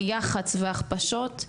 היח"צ וההכפשות,